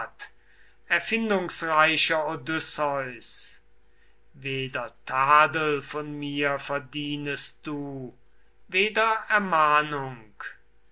erfindungsreicher odysseus weder tadel von mir verdienest du weder ermahnung